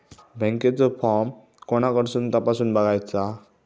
बँकेचो फार्म कोणाकडसून तपासूच बगायचा?